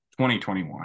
2021